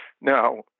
Now